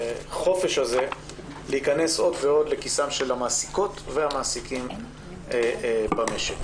החופש להיכנס עוד ועוד לכיסם של המעסיקות והמעסיקים במשק.